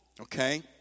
okay